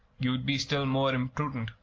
you'd be still more imprudent,